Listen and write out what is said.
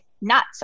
nuts